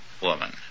woman